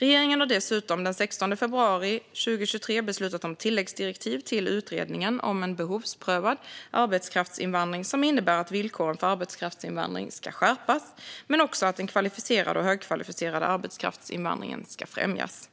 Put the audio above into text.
Regeringen har dessutom den 16 februari 2023 beslutat om tilläggsdirektiv till Utredningen om en behovsprövad arbetskraftsinvandring som innebär att villkoren för arbetskraftsinvandring ska skärpas men också att den kvalificerade och högkvalificerade arbetskraftsinvandringen ska främjas.